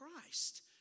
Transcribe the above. Christ